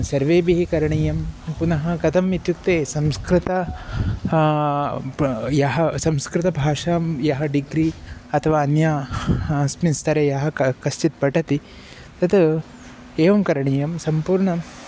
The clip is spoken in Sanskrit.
सर्वैः करणीयं पुनः कथम् इत्युक्ते संस्कृतं यः संस्कृतभाषां यः डिग्री अथवा अन्या अस्मिन् स्तरे यः का कश्चित् पठति तत् एवं करणीयं सम्पूर्णं